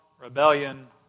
rebellion